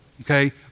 okay